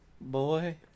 Boy